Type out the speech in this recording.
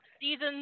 Seasons